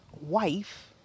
wife